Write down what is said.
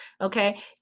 Okay